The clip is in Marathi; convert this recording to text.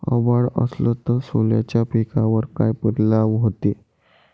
अभाळ असन तं सोल्याच्या पिकावर काय परिनाम व्हते?